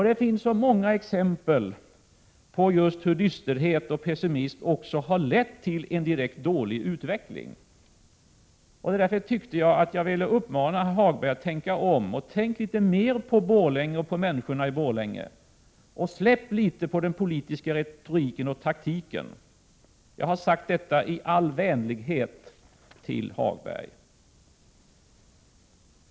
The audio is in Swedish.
Det finns så många exempel på just hur dysterhet och pessimism har lett till en direkt dålig utveckling. Jag vill därför uppmana Hagberg att tänka om och att tänka litet mer på Borlänge och på människorna där. Släpp litet grand på den politiska retoriken och taktiken! Detta har jag sagt i all vänlighet till Lars-Ove Hagberg.